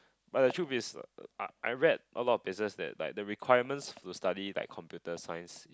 but the truth is I I read a lot of places that like the requirements to study like computer science is